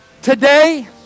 Today